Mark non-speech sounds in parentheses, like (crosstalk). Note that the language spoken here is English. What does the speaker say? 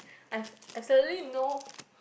(breath) I've absolutely no